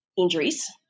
injuries